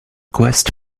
quest